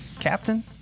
Captain